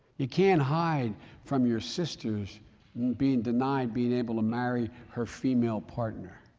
you can't hide from your sister's being denied being able to marry her female partner.